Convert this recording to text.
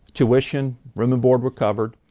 tuition, room and board were covered.